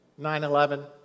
9-11